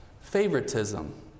favoritism